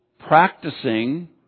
practicing